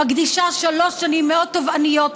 מקדישה שלוש שנים מאוד תובעניות,